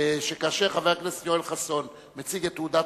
שכאשר חבר הכנסת יואל חסון מציג את תעודת